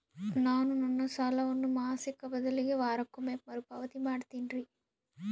ನಾನು ನನ್ನ ಸಾಲವನ್ನು ಮಾಸಿಕ ಬದಲಿಗೆ ವಾರಕ್ಕೊಮ್ಮೆ ಮರುಪಾವತಿ ಮಾಡ್ತಿನ್ರಿ